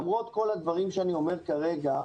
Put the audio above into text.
למרות כל הדברים שאני אומר כרגע,